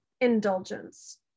indulgence